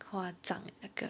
夸张 leh 那个